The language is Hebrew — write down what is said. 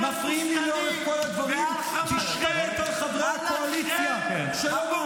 מסרבים להציג אפילו ראשית של מתווה ליום שאחרי,